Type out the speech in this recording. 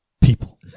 people